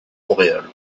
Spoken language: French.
montréal